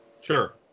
Sure